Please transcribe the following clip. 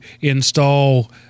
install –